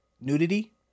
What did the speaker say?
Nudity